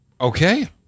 Okay